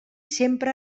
sempre